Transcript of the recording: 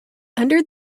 under